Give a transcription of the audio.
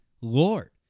lord